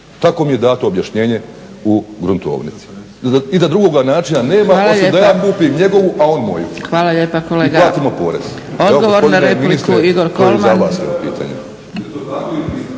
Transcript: Tako mi je dato objašnjenje u gruntovnici i da drugoga načina nema osim da ja kupim njegovu a on moju i platimo porez. **Zgrebec, Dragica